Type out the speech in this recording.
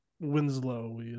Winslow